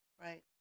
Right